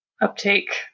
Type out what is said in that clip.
uptake